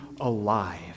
alive